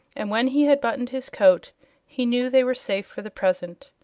and when he had buttoned his coat he knew they were safe for the present.